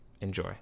Enjoy